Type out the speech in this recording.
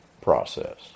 process